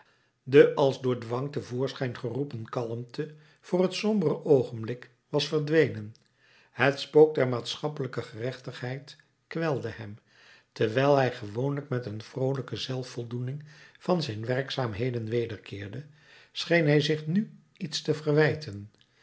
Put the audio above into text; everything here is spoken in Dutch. de als door dwang tevoorschijn geroepen kalmte voor het sombere oogenblik was verdwenen het spook der maatschappelijke gerechtigheid kwelde hem terwijl hij gewoonlijk met een vroolijke zelfvoldoening van zijn werkzaamheden wederkeerde scheen hij zich nu iets te verwijten